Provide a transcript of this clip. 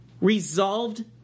resolved